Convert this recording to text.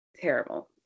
Terrible